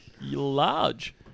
large